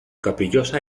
caprichosa